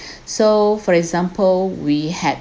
so for example we had